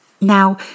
Now